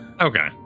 Okay